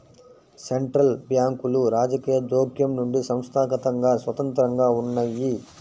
central బ్యాంకులు రాజకీయ జోక్యం నుండి సంస్థాగతంగా స్వతంత్రంగా ఉన్నయ్యి